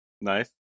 Nice